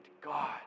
God